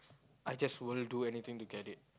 I just will do anything to get it